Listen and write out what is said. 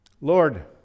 Lord